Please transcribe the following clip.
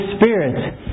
Spirit